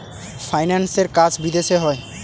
ফাইন্যান্সের কাজ বিদেশে হয়